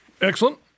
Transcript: Excellent